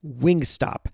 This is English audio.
Wingstop